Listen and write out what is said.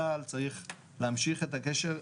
צה"ל צריך להמשיך את הקשר.